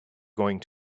going